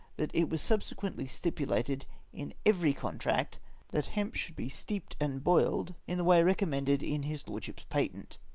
that it was subsequently stipulated in every contract that hemp should be steeped and boiled in the way recom mended in his lordship's patent.